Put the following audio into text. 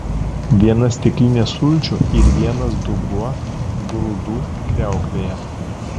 viena stiklinė sulčių ir vienas dubuo grūdų kriauklėje